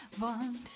want